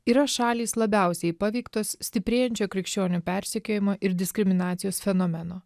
yra šalys labiausiai paveiktos stiprėjančio krikščionių persekiojimo ir diskriminacijos fenomeno